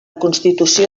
constitució